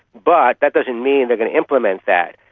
but that doesn't mean they are going to implement that,